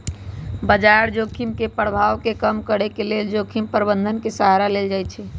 बजार जोखिम के प्रभाव के कम करेके लेल जोखिम प्रबंधन के सहारा लेल जाइ छइ